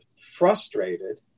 frustrated